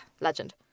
legend